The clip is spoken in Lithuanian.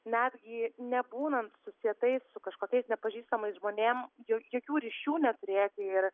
netgi nebūnant susietais su kažkokiais nepažįstamais žmonėm jo jokių ryšių neturėti ir